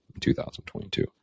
2022